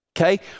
okay